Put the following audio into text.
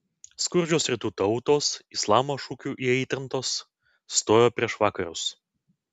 skurdžios rytų tautos islamo šūkių įaitrintos stojo prieš vakarus